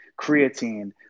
creatine